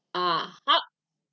(uh huh